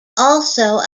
also